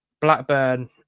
Blackburn